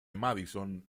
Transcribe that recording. madison